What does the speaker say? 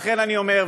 לכן אני אומר,